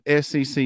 SEC